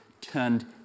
turned